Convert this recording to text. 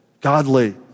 godly